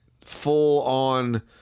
full-on